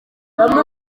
bamwe